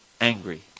angry